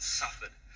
suffered